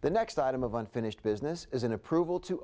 the next item of unfinished business is an approval to